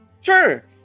Sure